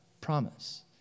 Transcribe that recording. promise